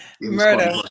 Murder